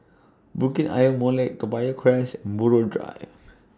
Bukit Ayer Molek Toa Payoh Crest Buroh Drive